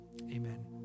Amen